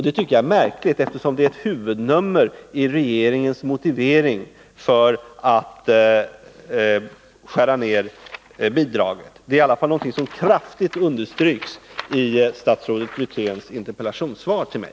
Det tycker jag är märkligt, eftersom det är ett huvudnummer i regeringens motivering för att skära ned bidragen. Det är i alla fall något som kraftigt understryks i statsrådet Wirténs interpellationssvar till mig.